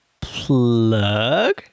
plug